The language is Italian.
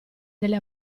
delle